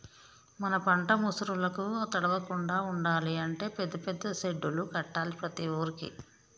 మన పంట ముసురులకు తడవకుండా ఉండాలి అంటే పెద్ద పెద్ద సెడ్డులు కట్టాలి ప్రతి ఊరుకి